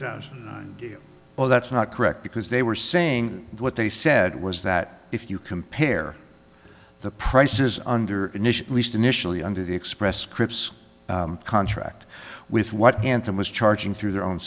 deal well that's not correct because they were saying what they said was that if you compare the prices under least initially under the express scripts contract with what anthem was charging through their own